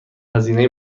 هزینه